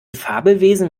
fabelwesen